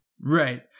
Right